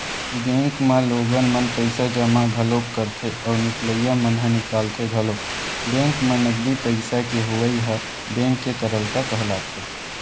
bank म लोगन मन पइसा जमा घलोक करथे अउ निकलइया मन ह निकालथे घलोक बेंक म नगदी पइसा के होवई ह बेंक के तरलता कहलाथे